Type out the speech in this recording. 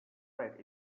right